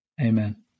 Amen